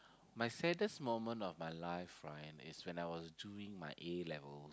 my saddest moment of my life right is when I was doing my A-level